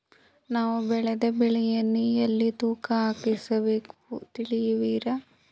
ನಾವು ಬೆಳೆದ ಬೆಳೆಗಳನ್ನು ಎಲ್ಲಿ ತೂಕ ಹಾಕಿಸಬೇಕು ತಿಳಿಸುವಿರಾ?